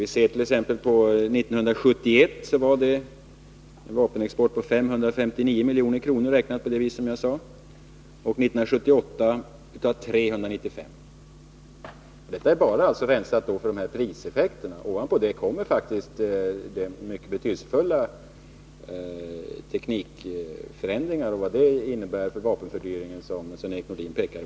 1971 hade vit.ex. en vapenexport på 559 milj.kr., räknat på det vis jag nämnde, och 1978 var den 395 milj.kr. Det är alltså bara rensat på priseffekterna. Ovanpå kommer de mycket betydelsefulla teknikförändringarna och vad de innebär för vapenfördyringen, vilket Sven-Erik Nordin pekat på.